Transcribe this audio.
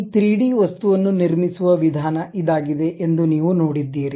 ಈ 3D ವಸ್ತುವನ್ನು ನಿರ್ಮಿಸುವ ವಿಧಾನ ಇದಾಗಿದೆ ಎಂದು ನೀವು ನೋಡಿದ್ದೀರಿ